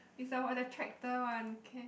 is our the tractor one okay